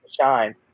shine